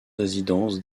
résidences